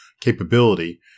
capability